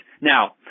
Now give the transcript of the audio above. Now